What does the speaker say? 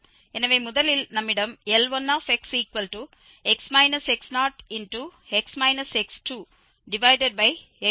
எனவே முதலில் நம்மிடம் L1xx1 x0 உள்ளது